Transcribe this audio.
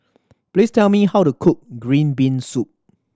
please tell me how to cook green bean soup